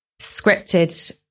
scripted